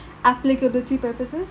applicability purposes